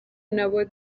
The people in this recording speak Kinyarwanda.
nabo